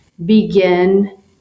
begin